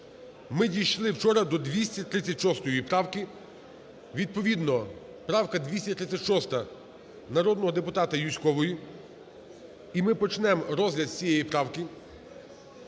Ми дійшли вчора до 236 правки. Відповідно правка 236 народного депутата Юзькової, і ми почнемо розгляд з цієї правки.